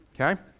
okay